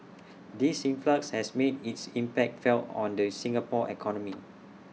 this influx has made its impact felt on the Singapore economy